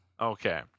Okay